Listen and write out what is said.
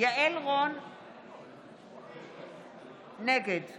יעל רון בן משה, נגד